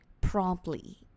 Promptly